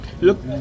Look